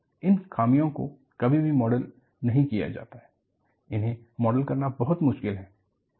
इन खामियों को कभी भी मॉडल नहीं किया जाता है इन्हें मॉडल करना बहुत मुश्किल है